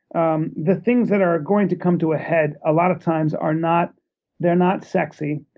um the things that are going to come to a head a lot of times are not they're not sexy.